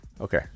Okay